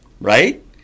right